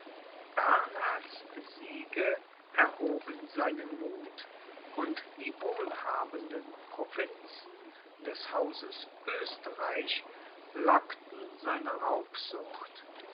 bernhards siege erhoben seinen muth und die wohlhabenden provinzen des hauses oesterreich lockten seine raubsucht